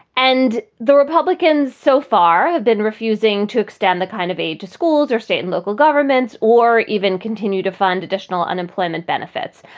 and the republicans so far have been refusing to extend the kind of aid to schools or state and local governments or even continue to fund additional unemployment benefits.